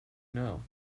know